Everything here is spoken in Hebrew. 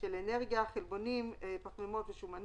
אנרגיה (קלוריות)Energy (calories) חלבונים (גר') Proteins (gr.)